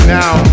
now